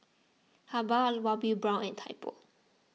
Habhal Bobbi Brown and Typo